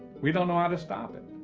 we don't know how to stop it.